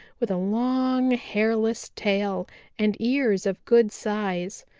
with a long, hairless tail and ears of good size.